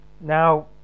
now